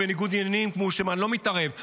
הוא בניגוד עניינים: אני לא מתערב,